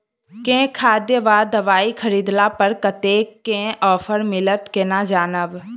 केँ खाद वा दवाई खरीदला पर कतेक केँ ऑफर मिलत केना जानब?